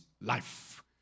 life